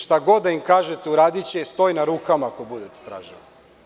Šta god da im kažete uradiće i stoj na rukama, ako budete tražili.